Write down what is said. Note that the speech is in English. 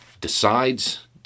decides